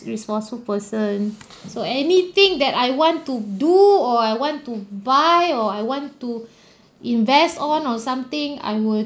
resourceful person so anything that I want to do or I want to buy or I want to invest on or something I would